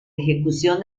ejecución